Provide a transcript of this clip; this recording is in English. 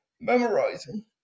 memorizing